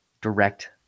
direct